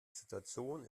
situation